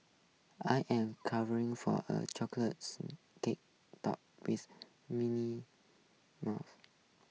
I am craving for a Chocolate Sponge Cake Topped with Mint Mousse